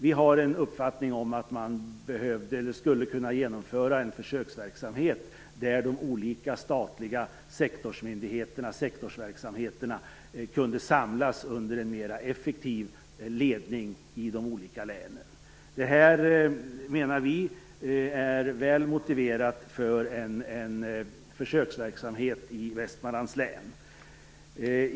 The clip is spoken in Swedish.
Vi har en uppfattning om att man skulle kunna genomföra en försöksverksamhet där de olika statliga sektorsmyndigheterna och sektorsverksamheterna kunde samlas under en mera effektiv ledning i de olika länen. Det här menar vi är väl motiverat för en försöksverksamhet i Västmanlands län.